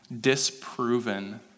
disproven